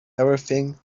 everything